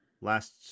Last